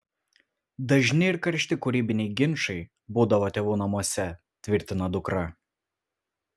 dažni ir karšti kūrybiniai ginčai būdavo tėvų namuose tvirtina dukra